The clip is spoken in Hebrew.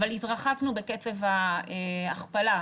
אבל התרחקנו בקצב ההכפלה,